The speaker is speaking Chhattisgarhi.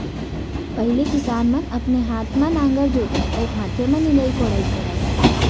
पहिली किसान मन अपने हाथे म नांगर जोतय अउ हाथे म निंदई कोड़ई करय